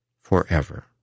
forever